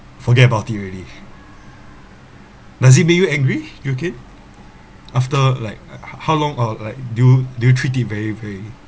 forget about it already does it make you angry ju kin after like h~ h~ how long or like do do you treat it very very